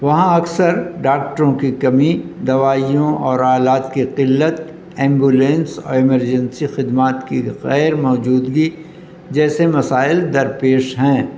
وہاں اکثر ڈاکٹروں کی کمی دوائیوں اور آلات کی قلت ایمبولینس اور ایمرجنسی خدمات کی غیر موجودگی جیسے مسائل درپیش ہیں